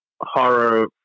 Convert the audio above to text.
Horror